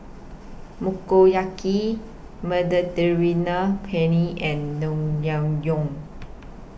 Motoyaki Mediterranean Penne and Naengmyeon